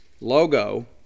logo